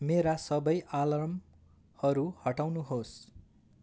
मेरा सबै अलार्महरू हटाउनुहोस्